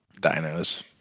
dinos